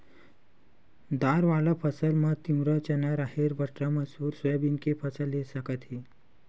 दार वाला फसल म तिंवरा, चना, राहेर, बटरा, मसूर, सोयाबीन के फसल ले सकत हे